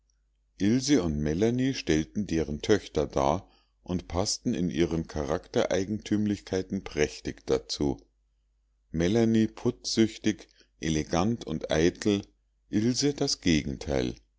und melanie stellten deren töchter dar und paßten in ihren charaktereigentümlichkeiten prächtig dazu melanie putzsüchtig elegant und eitel ilse das gegenteil